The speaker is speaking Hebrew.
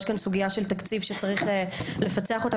יש כאן סוגיה של תקציב שצריך לפצח אותה,